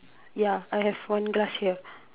ya I have one glass here